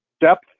depth